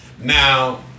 now